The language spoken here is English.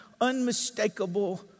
unmistakable